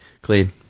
clean